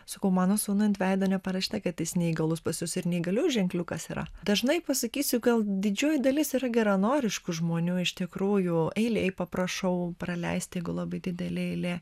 sakau mano sūnui ant veido neparašyta kad jis neįgalus pas jus ir neįgaliųjų ženkliukas yra dažnai pasakysiu gal didžioji dalis yra geranoriškų žmonių iš tikrųjų eilėj paprašau praleisti jeigu labai didelė eilė